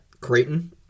Creighton